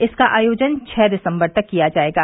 इसका आयोजन छह दिसम्बर तक किया जाएगा